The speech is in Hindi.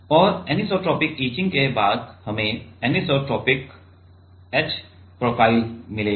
और अनिसोट्रोपिक इचिंग के बाद हमें अनिसोट्रोपिक h प्रोफ़ाइल मिलेगी